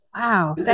Wow